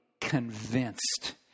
convinced